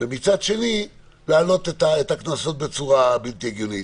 ומצד שני, להעלות את הקנסות בצורה בלתי הגיונית.